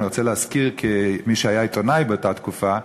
אני רוצה להזכיר, כמי שהיה עיתונאי באותה תקופה,